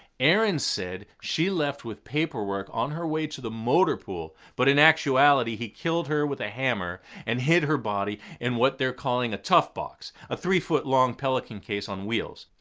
aaron said she left with paperwork on her way to the motor pool. but in actuality, he killed her with a hammer and hid her body in what they're calling a tough box, a three foot long pelican case on wheels.